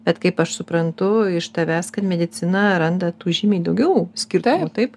bet kaip aš suprantu iš tavęs kad medicina randa tų žymiai daugiau skirtumų taip